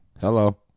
Hello